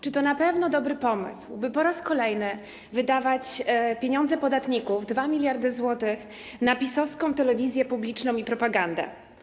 Czy to na pewno dobry pomysł, by po raz kolejny wydawać pieniądze podatników, 2 mld zł, na PiS-owską telewizję publiczną i propagandę?